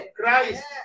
Christ